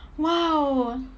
!wow!